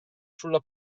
sulla